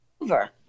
over